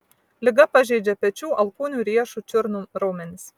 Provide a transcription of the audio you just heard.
liga pažeidžia pečių alkūnių riešų čiurnų raumenis